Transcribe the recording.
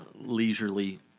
leisurely